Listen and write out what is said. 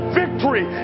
victory